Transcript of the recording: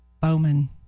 Bowman